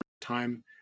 time